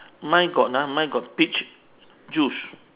mine got ah mine got peach juice